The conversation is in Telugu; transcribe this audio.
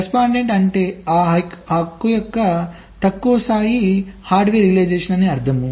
కరస్పాండెంట్ అంటే ఆ హక్కు యొక్క తక్కువ స్థాయి హార్డ్వేర్ సాక్షాత్కారం అని అర్థం